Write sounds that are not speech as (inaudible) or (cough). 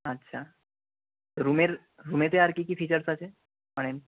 আচ্ছা রুমের রুমেতে আর কী কী ফিচার্স আছে (unintelligible)